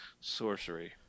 sorcery